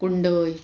कुंडय